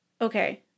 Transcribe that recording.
okay